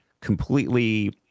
completely